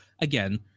again